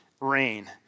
rain